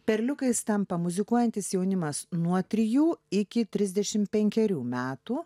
perliukais tampa muzikuojantis jaunimas nuo trijų iki trisdešimt penkerių metų